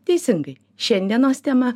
teisingai šiandienos tema